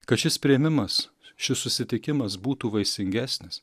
kad šis priėmimas šis susitikimas būtų vaisingesnis